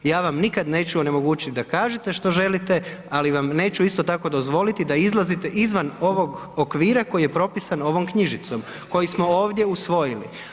Ja vam nikad neću onemogućiti da kažete što želite ali vam neću isto tako dozvoliti da izlazite izvan ovog okvira koji je propisan ovom knjižicom koju smo ovdje usvojili.